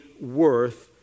worth